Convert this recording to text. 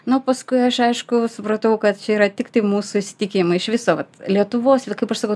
nu paskui aš aišku supratau kad čia yra tiktai mūsų įsitikinimai iš viso vat lietuvos kaip aš sakau